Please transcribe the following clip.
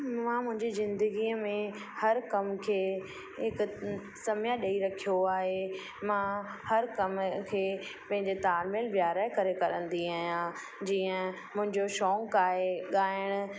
मां मुंहिंजी ज़िंदगीअ में हर कम खे एक समय ॾेई रखियो आहे मां हर कम खे पंहींजे तालमेल विहारे करे कंदी आहियां जीअं मुंहिंजो शौक़ु आहे ॻाइणु